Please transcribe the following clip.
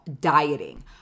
dieting